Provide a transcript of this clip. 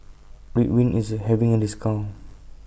Ridwind IS having A discount